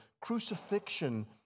crucifixion